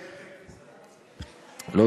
יהיה טקס, אל תדאג.